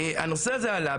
הנושא הזה עלה.